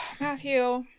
Matthew